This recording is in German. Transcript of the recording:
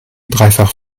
dreifach